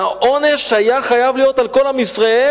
והעונש היה חייב להיות על כל עם ישראל,